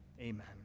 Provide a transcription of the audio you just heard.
Amen